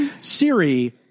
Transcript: Siri